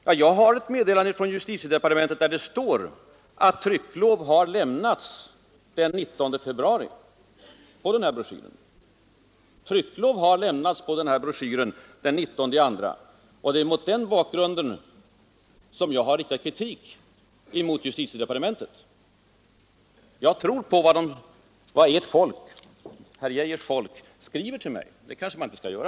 Jag har fått ett meddelande från justitiedepartementet där det anges att trycklov för broschyren lämnades den 19 februari. Det är mot den bakgrunden jag har riktat kritik mot justitiedepartementet. Jag tror på vad herr Geijers folk skriver till mig, men det kanske man inte skall göra.